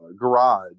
garage